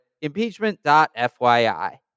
Impeachment.fyi